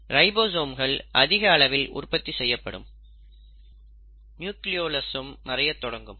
ரைபோசோம்கள் அதிக அளவில் உற்பத்தி செய்யப்படும் இடமான நியூக்ளியோலஸ்சும் மறையத் தொடங்கும்